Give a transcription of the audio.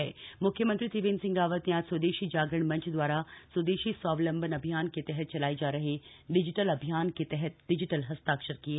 स्वदेशी स्वावलंबन अभियान मुख्यमंत्री त्रिवेंद्र सिंह रावत ने आज स्वदेशी जागरण मंच द्वारा स्वदेशी स्वावलंबन अभियान के तहत चलाए जा रहे डिजिटल अभियान के तहत डिजिटल हस्ताक्षर किए